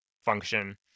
function